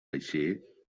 així